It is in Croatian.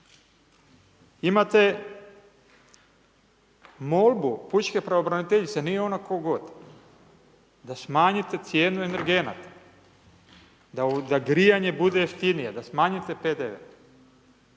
imate molbu pučke pravobraniteljice, nije ona tko god, da smanjite cijenu energenata, da grijanje bude jeftinije, da smanjite PDV.